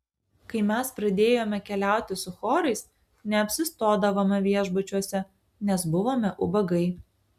kai mes pradėjome keliauti su chorais neapsistodavome viešbučiuose nes buvome ubagai